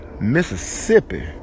Mississippi